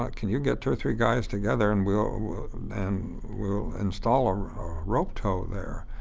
but can you get two or three guys together? and we'll and we'll install a rope tow there.